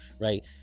right